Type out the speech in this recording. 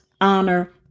honor